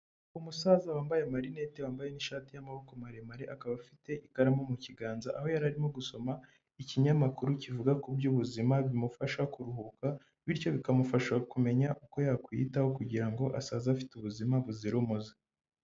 Umusaza wambaye amarinete, wambaye n'ishati y'amaboko maremare, akaba afite ikaramu mu kiganza, aho yari arimo gusoma ikinyamakuru kivuga ku by'ubuzima, bimufasha kuruhuka, bityo bikamufasha kumenya uko yakwiyitaho kugira ngo asaze afite ubuzima buzira umuze.